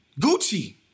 Gucci